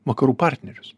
vakarų partnerius